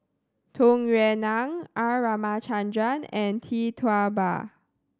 Tung Yue Nang R Ramachandran and Tee Tua Ba